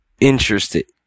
interested